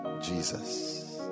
Jesus